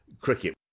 cricket